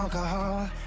Alcohol